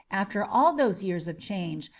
after all those years of change,